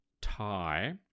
tie